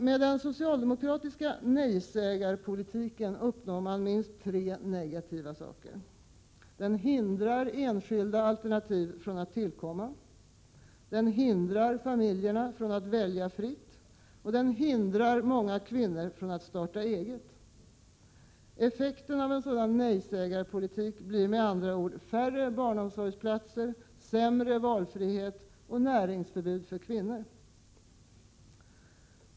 Med den socialdemokratiska nejsägarpolitiken uppnås minst tre negativa saker: den hindrar enskilda alternativ från att komma till, den hindrar familjerna från att välja fritt, den hindrar många kvinnor från att starta eget. Effekten blir med andra ord färre barnomsorgsplatser, sämre valfrihet och näringsförbud för kvinnor. Herr talman!